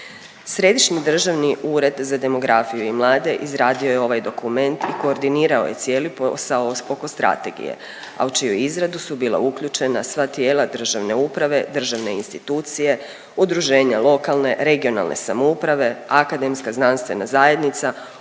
Središnji državni ured za demografiju i mlade izradio je ovaj dokument i koordinirao je cijeli posao oko strategije, a u čiju izradu su bila uključena sva tijela državne uprave, državne institucije, udruženja lokalne, regionalne samouprave, akademska znanstvena zajednica